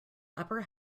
upper